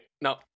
No